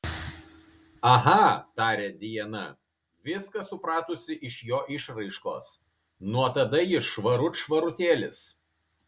aha tarė diana viską supratusi iš jo išraiškos nuo tada jis švarut švarutėlis